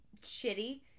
shitty